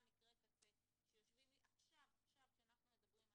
מקרי קצה שיושבים לי עכשיו כשאנחנו מדברים,